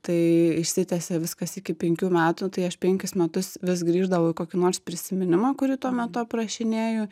tai išsitęsė viskas iki penkių metų tai aš penkis metus vis grįždavau į kokį nors prisiminimą kurį tuo metu aprašinėju